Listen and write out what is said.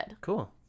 Cool